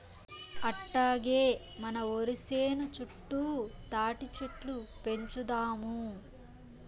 అట్టాగే మన ఒరి సేను చుట్టూ తాటిచెట్లు పెంచుదాము